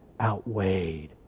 outweighed